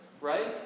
right